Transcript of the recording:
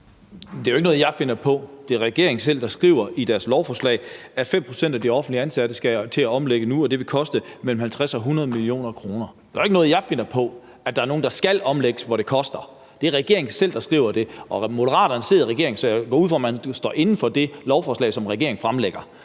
Det er jo ikke noget, jeg finder på. Det er regeringen selv, der skriver i deres lovforslag, at 5 pct. af de offentligt ansatte skal til at omstille sig nu, og at det vil koste mellem 50 og 100 mio. kr. Det er jo ikke noget, jeg finder på, altså at der er nogle, der skal omstilles, og at det koster. Det er regeringen selv, der skriver det, og Moderaterne sidder i regeringen, så jeg går ud fra, at man står inde for det lovforslag, som regeringen fremlægger.